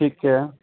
ਠੀਕ ਹੈ